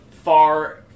Far